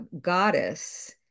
goddess